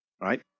right